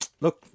look